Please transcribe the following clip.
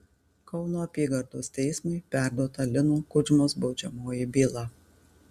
kauno apygardos teismui perduota lino kudžmos baudžiamoji byla